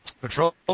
patrol